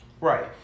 Right